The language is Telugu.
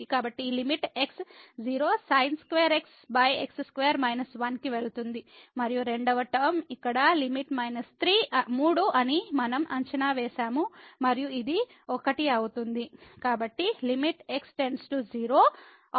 కాబట్టి ఈ లిమిట్ x 0 sin2 xx 2 1 కి వెళుతుంది మరియు రెండవ టర్మ ఇక్కడ లిమిట్ మైనస్ 3 అని మనం అంచనా వేసాము మరియు ఇది 1 అవుతుంది